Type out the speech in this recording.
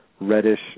reddish